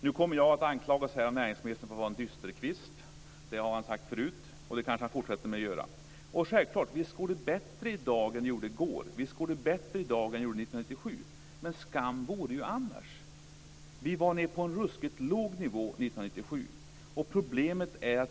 Nu kommer jag av näringsministern att anklagas för att vara en dysterkvist. Det har han sagt förut, och det kanske han fortsätter med. Och självklart: Visst går det bättre i dag än det gjorde i går. Visst går det bättre i dag än det gjorde 1997. Men skam vore ju annars. Vi var nere på en ruskigt låg nivå 1997.